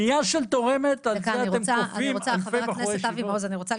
פנייה של תורמת על זה אתם כופים על אלפי בחורי ישיבות?